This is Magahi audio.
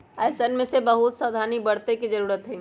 ऐसन में बहुत से सावधानी बरते के जरूरत हई